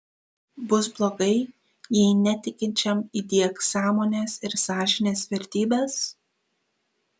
bus blogai jei netikinčiam įdiegs sąmonės ir sąžinės vertybes